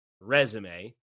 resume